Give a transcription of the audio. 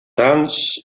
sants